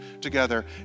together